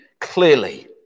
clearly